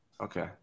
Okay